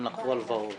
הם לקחו הלוואות